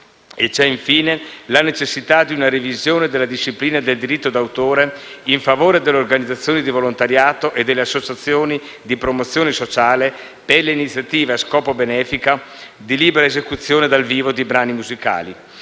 Vi è, infine, la necessità di una revisione della disciplina del diritto d'autore in favore delle organizzazioni di volontariato e delle associazioni di promozione sociale, per le iniziative, a scopo benefico, di libera esecuzione dal vivo di brani musicali.